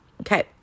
Okay